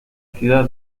ciudad